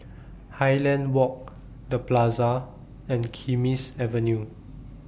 Highland Walk The Plaza and Kismis Avenue